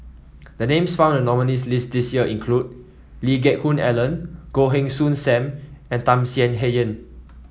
the names found in the nominees' list this year include Lee Geck Hoon Ellen Goh Heng Soon Sam and Tham Sien Yen